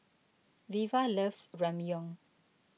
Veva loves Ramyeon